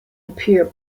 appear